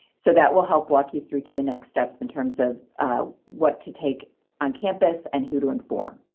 so that will help walk you through to the next steps in terms of what to take on campus and who to inform.